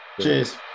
Cheers